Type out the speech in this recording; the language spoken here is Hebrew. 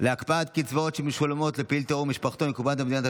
להקפאת קצבאות שמשולמות לפעיל טרור ומשפחתו מקופת המדינה,